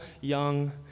young